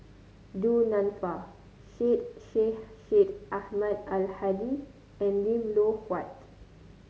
Du Nanfa Syed Sheikh Syed Ahmad Al Hadi and Lim Loh Huat